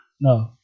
No